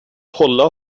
hålla